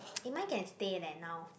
it might get to stay leh now